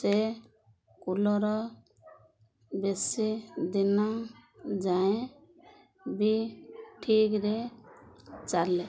ସେ କୁଲର ବେଶୀ ଦିନ ଯାଏଁ ବି ଠିକରେ ଚାଲେ